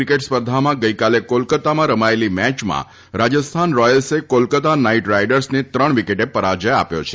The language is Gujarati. ક્રિકેટ સ્પર્ધામાં ગઈકાલે કોલકાતામાં રમાયેલી મેચમાં રાજસ્થાન રોયલ્સે કોલકતા નાઈટ રાઈડર્સને ત્રણ વિકેટે પરાજય આપ્યો છે